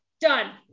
done